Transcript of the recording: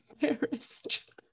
embarrassed